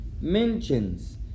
Mentions